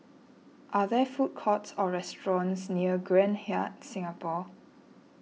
are there food courts or restaurants near Grand Hyatt Singapore